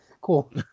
Cool